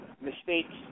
mistakes